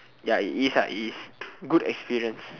ya it is ah it is good experience